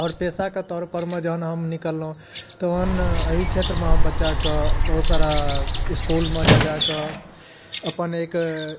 आओर पेसा के तौर परमे जहन हम निकललहुँ तहन एहि छेत्रमे हम बच्चा कऽ बहुत सारा इसकूलमे जाय जाय कऽ अपन एक